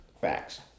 Facts